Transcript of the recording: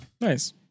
nice